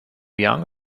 young